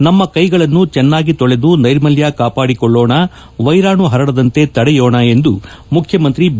ನಮ್ಮ ಕೈಗಳನ್ನು ಚಿನ್ನಾಗಿ ತೊಳೆದು ನೈರ್ಮಲ್ಯ ಕಾಪಾಡಿಕೊಳ್ಳೋಣ ವೈರಾಣು ಪರಡದಂತೆ ತಡೆಯೋಣ ಎಂದು ಮುಖ್ಯಮಂತ್ರಿ ಬಿ